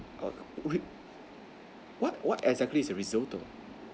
oo will what what exactly is a risotto